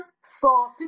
salt